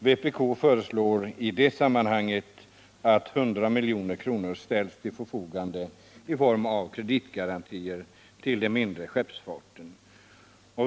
Vpk föreslår i detta sammanhang att 100 milj.kr. ställs till förfogande i form av kreditgarantier till den mindre skeppsfarten.